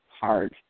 hard